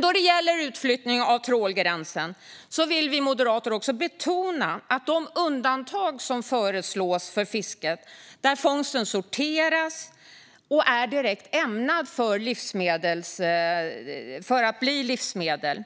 Då det gäller utflyttning av trålgränsen vill vi moderater också betona vikten av att de undantag som föreslås för fiske där fångsten sorteras och är direkt ämnad att bli livsmedel